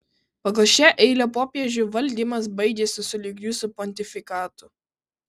pagal šią eilę popiežių valdymas baigiasi sulig jūsų pontifikatu